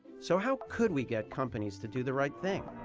so how could we get companies to do the right thing?